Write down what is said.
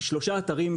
יש שלושה אתרים,